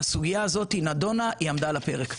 הסוגייה הזו נדונה ועמדה על הפרק.